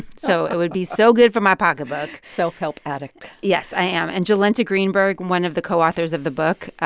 so it would be so good for my pocketbook self-help addict yes, i am. and jolenta greenberg, one of the co-authors of the book,